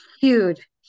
huge